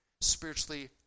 spiritually